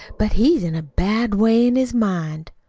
but he's in a bad way in his mind.